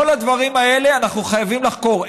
את כל הדברים האלה אנחנו חייבים לחקור.